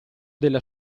della